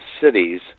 cities